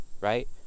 right